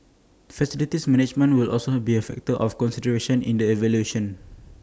facilities management will also be A factor of consideration in the evaluation